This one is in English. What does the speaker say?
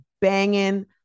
banging